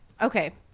Okay